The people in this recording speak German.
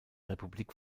republik